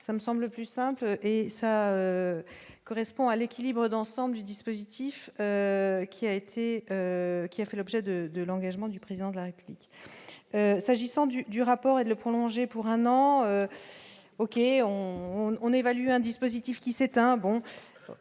ça me semble plus simple et ça correspond à l'équilibre d'ensemble du dispositif qui a été, qui a fait l'objet de de l'engagement du président de la République s'agissant du du rapport et de le prolonger pour un an, OK, on on évalue un dispositif qui, c'est